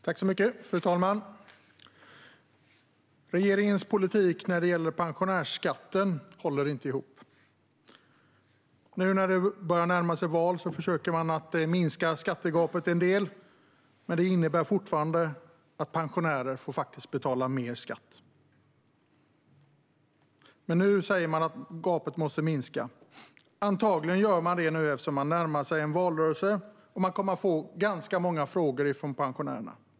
Fru talman! Regeringens politik när det gäller pensionärsskatten håller inte ihop. Nu när valet börjar närma sig försöker man att minska skattegapet en del, men det innebär fortfarande att pensionärer får betala mer skatt. Men nu säger man att gapet måste minska. Antagligen gör man det nu eftersom man närmar sig en valrörelse och man kommer att få ganska många frågor från pensionärerna.